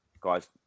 guys